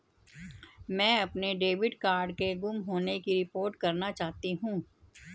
मैं अपने debit card के गुम होने की रिपोर्ट करना चाहती हूँ